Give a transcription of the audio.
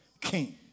king